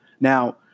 Now